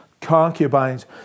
concubines